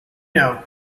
know